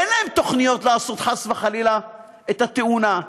ואין להם תוכניות לעשות, חס וחלילה, את התאונה.